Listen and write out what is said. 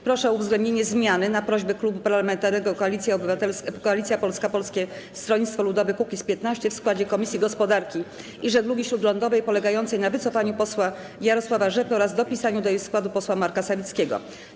Proszę o uwzględnienie zmiany, na prośbę Klubu Parlamentarnego Koalicja Polska - Polskie Stronnictwo Ludowe - Kukiz15, w składzie Komisji Gospodarki i Żeglugi Śródlądowej, polegającej na wycofaniu posła Jarosława Rzepy oraz dopisaniu do jej składu posła Marka Sawickiego.